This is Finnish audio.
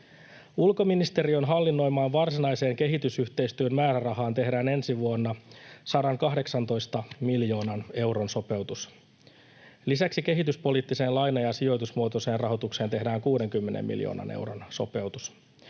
Ulkoministeriön hallinnoimaan varsinaiseen kehitysyhteistyön määrärahaan tehdään ensi vuonna 118 miljoonan euron sopeutus. Lisäksi kehityspoliittiseen laina- ja sijoitusmuotoiseen rahoitukseen tehdään 60 miljoonan euron sopeutus.